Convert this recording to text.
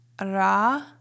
Ra